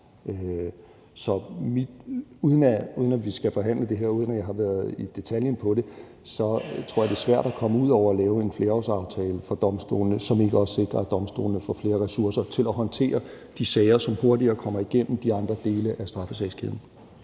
Så uden at vi skal forhandle det her, og uden at jeg har været nede i detaljerne om det, så tror jeg, det er svært at komme uden om at lave en flerårsaftale for domstolene, som også sikrer, at domstolene får flere ressourcer til at håndtere de sager, som hurtigere kommer igennem de andre dele af straffesagskæden.